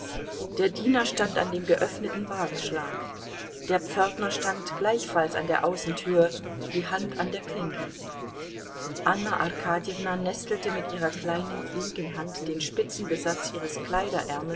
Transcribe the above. der diener stand an dem geöffneten wagenschlag der pförtner stand gleichfalls an der außentür die hand an der klinke anna arkadjewna nestelte mit ihrer kleinen flinken hand den spitzenbesatz ihres